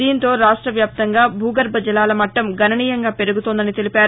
దీంతో రాష్ట వ్యాప్తంగా భూగర్భ జలాల మట్టం గణనీయంగా పెరుగుతోందని తెలిపారు